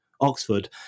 Oxford